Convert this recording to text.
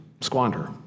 squander